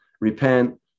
Repent